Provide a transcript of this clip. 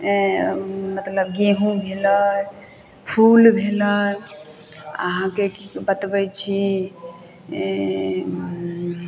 मतलब गेहूँ भेलै फूल भेलै अहाँके की बतबै छी